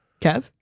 Kev